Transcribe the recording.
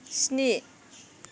स्नि